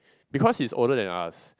because he's older than us